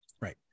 Right